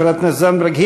חברת הכנסת זנדברג,